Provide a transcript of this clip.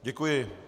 Děkuji.